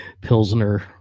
Pilsner